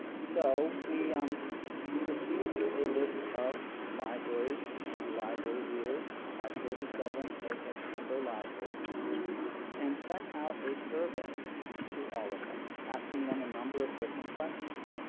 so we um we received a list of libraries and library leaders at thirty seven aihec member libraries and sent out a survey to all of them asking them a number of different questions.